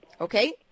Okay